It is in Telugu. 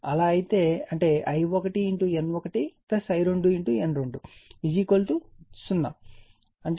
అలా అయితే అంటే I1 N1 I2 N2 0 అంటే